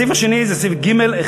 הסעיף השני זה סעיף ג(1),